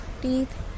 teeth